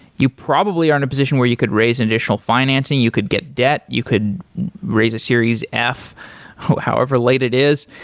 you probably are in a position where you could raise additional financing. you could get debt. you could a series f however late it is.